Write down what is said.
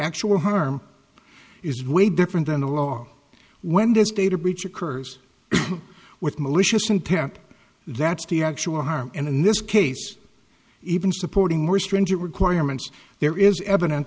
actual harm is way different than the law when this data breach occurs with malicious intent that's the actual harm and in this case even supporting more stringent requirements there is evidence